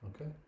okay